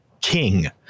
King